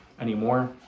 anymore